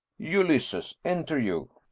ulysses, enter you.